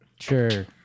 Sure